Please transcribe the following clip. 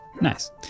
Nice